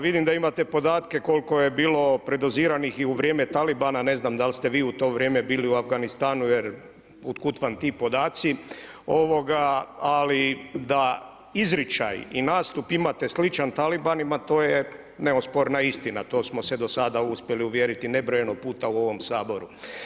Vidim da imate podatke koliko je bilo predoziran i u vrijeme Talibana, ne znam da li ste vi u to vrijeme bili u Afganistanu jer od kud vam ti podaci, ali da izričaj i nastup imate sličan Talibanima to je neosporna istina, to smo do sada uspjeli uvjeriti nebrojeno puta u ovom Saboru.